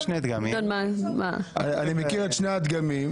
אני מכיר את שני הדגמים.